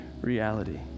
reality